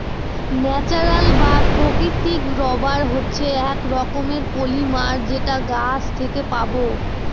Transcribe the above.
natural বা প্রাকৃতিক rubber হচ্ছে এক রকমের পলিমার যেটা গাছ থেকে পাবো